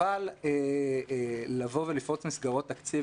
אבל לבוא ולפרוץ מסגרות תקציב,